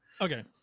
Okay